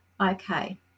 okay